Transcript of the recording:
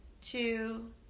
two